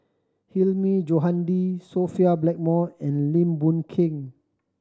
Hilmi Johandi Sophia Blackmore and Lim Boon Keng